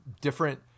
different